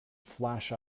flash